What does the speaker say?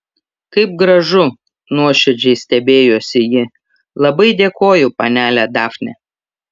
kaip gražu nuoširdžiai stebėjosi ji labai dėkoju panele dafne